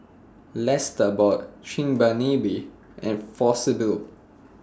Lesta bought Chigenabe and For Sybil